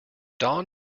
don